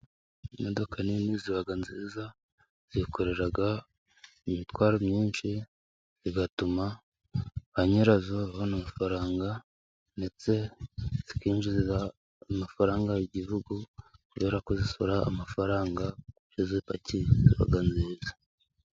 Imodoka nini ziba nziza. Zikorera imitwaro myinshi zigatuma ba nyirazo babona amafaranga. Ndetse zikinjiriza amafaranga igihugu kubera ko zisora amafaranga. Iyo zipakiye ziba nziza